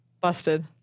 busted